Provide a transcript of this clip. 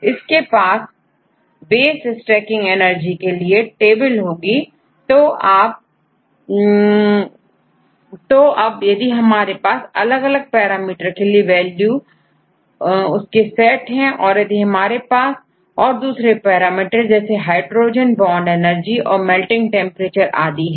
आपके पासBASE STACKING ENERGY के लिए टेबल होगी अब यदि हमारे पास अलग अलग पैरामीटर के लिए वैल्यू उसके सेट है और यदि हमारे पास और दूसरे पैरामीटर जैसे हाइड्रोजन बॉन्ड एनर्जी और मेल्टिंग टेंपरेचर आदि है